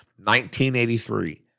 1983